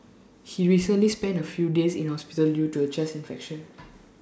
he recently spent A few days in hospital due to A chest infection